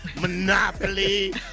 Monopoly